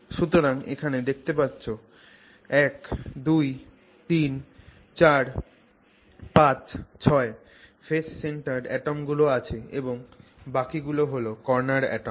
সুতরাং এখানে দেখতে পাচ্ছ যে 1 2 3 4 5 6 ফেস সেন্টারড অ্যাটম গুলো আছে এবং বাকি গুলো হল কর্নার অ্যাটম